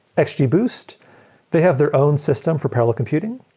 and xgboost, they have their own system for parallel computing,